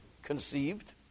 Conceived